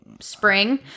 spring